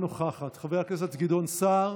חברת הכנסת גוטליב,